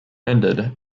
ended